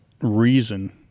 reason